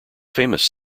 famous